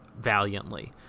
valiantly